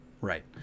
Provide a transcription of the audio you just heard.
right